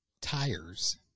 tires